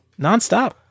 nonstop